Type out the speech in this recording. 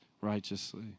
righteously